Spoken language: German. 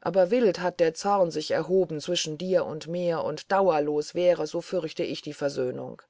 aber wild hat der zorn sich erhoben zwischen mir und dir und dauerlos wäre so fürchte ich die versöhnung